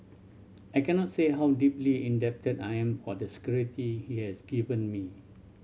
I cannot say how deeply indebted I am for the security he has given me